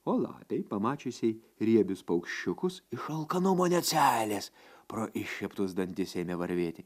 o lapei pamačiusiai riebius paukščiukus iš alkanumo net seilės pro iššieptus dantis ėmė varvėti